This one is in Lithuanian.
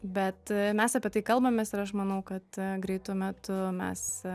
bet mes apie tai kalbamės ir aš manau kad greitu metu mes